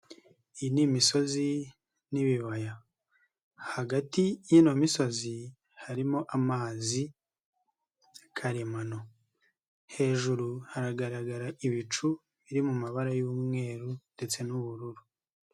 Iyi ni imisozi n'ibibaya hagati y'ino misozi harimo amazi karemano, hejuru hagaragara ibicu biri mu mabara y'umweru ndetse n'ubururu.